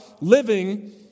living